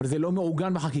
אבל זה לא מעוגן בחקיקה,